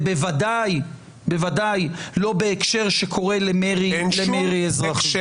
ודאי לא בהקשר שקורא למרי אזרחי.